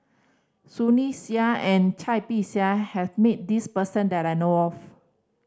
Sunny Sia and Cai Bixia has met this person that I know of